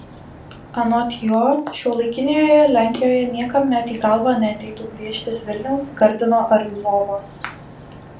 anot jo šiuolaikinėje lenkijoje niekam net į galvą neateitų gvieštis vilniaus gardino ar lvovo